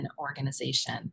organization